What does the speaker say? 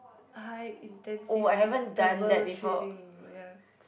high intensive interval training ya